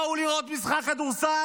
באו לראות משחק כדורסל.